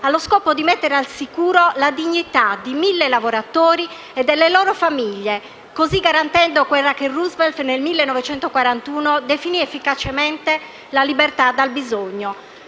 allo scopo di mettere al sicuro la dignità dei circa mille lavoratori e delle loro famiglie, così garantendo quella che Roosevelt nel 1941 definì efficacemente «la libertà dal bisogno».